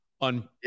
on